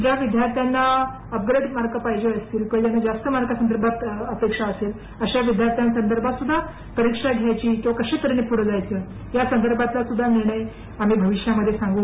ज्या विद्यार्थ्यांना अकरावीत मार्क पाहिजे असतील काहींना जास्त मार्कांसंदर्भात अपेक्षा असेल अशा विद्यार्ध्यांसदर्भात सुद्धा परिक्षा घ्यायची किंवा कशा प्रकारे पुढे जायचे आहे यांदर्भातला सुद्धा निर्णय आम्ही भविष्यात सांगू